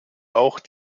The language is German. auch